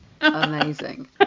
amazing